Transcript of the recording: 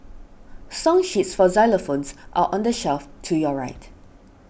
song sheets for xylophones are on the shelf to your right